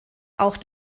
auch